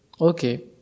Okay